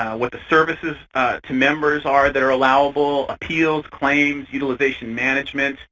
what the services to members are that are allowable, appeals, claims, utilization management